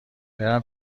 برم